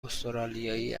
استرالیایی